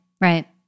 right